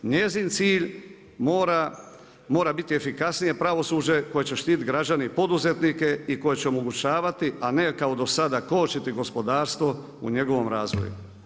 Njezin cilj mora biti efikasnije pravosuđe koje će štititi građane i poduzetnike i koji će omogućavati a ne kao do sada kočiti gospodarstvo u njegovom razvoju.